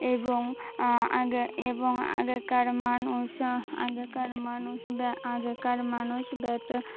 এবং আগে এবং আগেকার মানুষ আগেকার মানুষ আগেকার মানুষ বেটে